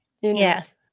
Yes